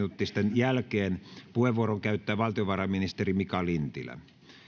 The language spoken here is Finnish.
jälkeen puheenvuoron käyttää valtiovarainministeri mika lintilä